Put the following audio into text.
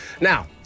Now